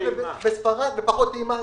ופחות טעימה.